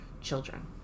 children